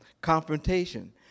confrontation